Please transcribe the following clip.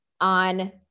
on